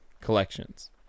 collections